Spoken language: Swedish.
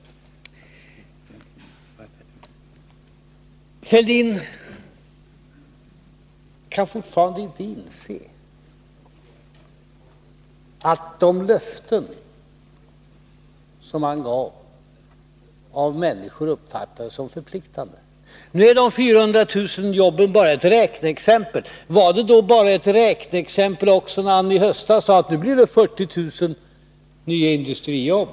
Thorbjörn Fälldin kan fortfarande inte inse att de löften som han gav uppfattas som förpliktande av människorna. Nu är de 400 000 jobben bara ett räkneexempel. Var det också ett räkneexempel, när Thorbjörn Fälldin i höstas sade att det blir 40 000 nya industrijobb?